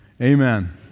Amen